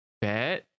Bet